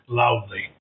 loudly